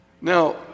Now